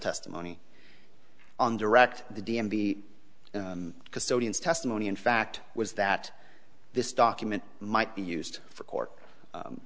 testimony on direct the d m be custodians testimony in fact was that this document might be used for court